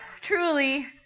truly